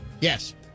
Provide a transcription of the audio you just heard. Yes